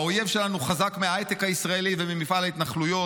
האויב שלנו חזק מההייטק הישראלי וממפעל ההתנחלויות.